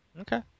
Okay